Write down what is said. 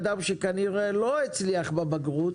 שלוקח אדם שכנראה לא הצליח בבגרות